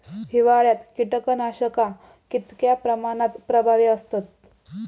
हिवाळ्यात कीटकनाशका कीतक्या प्रमाणात प्रभावी असतत?